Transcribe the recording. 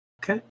Okay